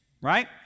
right